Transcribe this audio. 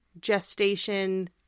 gestation